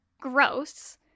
gross